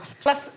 Plus